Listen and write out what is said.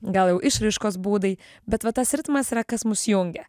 gal jau išraiškos būdai bet va tas ritmas yra kas mus jungia